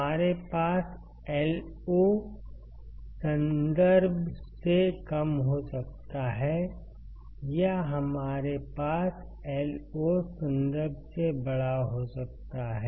हमारे पास Io संदर्भ से कम हो सकता है या हमारे पास Io संदर्भ से बड़ा हो सकता है